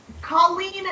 Colleen